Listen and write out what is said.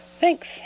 Thanks